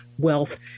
wealth